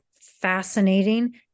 fascinating